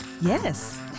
Yes